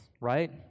right